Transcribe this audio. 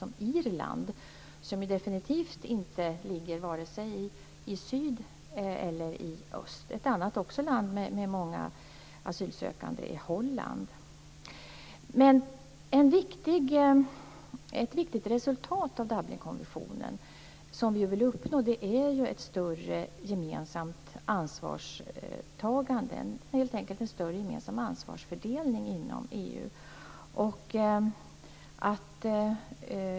Det ligger definitivt inte i syd eller öst. Ett annat land med många asylsökande är Ett viktigt resultat som vi vill uppnå med Dublinkonventionen är ju ett större gemensamt ansvarstagande. Det handlar helt enkelt om en större gemensam ansvarsfördelning inom EU.